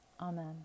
Amen